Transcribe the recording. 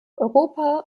europa